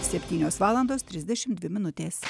septynios valandos trisdešimt dvi minutės